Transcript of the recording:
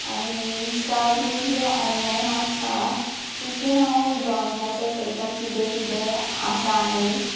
आणी इंस्टा बी जे ऑनलायन आसा तितून हांव ड्रॉइंगाचे पयता किदें किदें आसा आनी